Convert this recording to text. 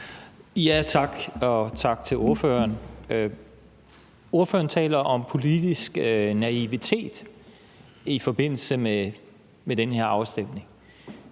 (V): Tak, og tak til ordføreren. Ordføreren taler om politisk naivitet i forbindelse med den her afstemning.